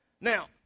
Now